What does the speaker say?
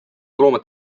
looma